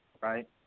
right